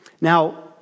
Now